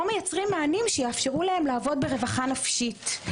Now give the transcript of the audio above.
מייצרים להם מענים שיאפשרו להם לעבוד ברווחה נפשית.